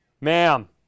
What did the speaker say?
ma'am